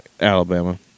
Alabama